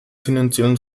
finanziellen